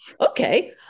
Okay